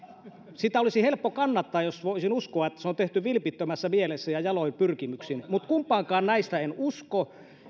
sitä olisi helppo kannattaa jos voisin uskoa että se on tehty vilpittömässä mielessä ja jaloin pyrkimyksin mutta kumpaankaan näistä en usko